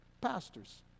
Pastors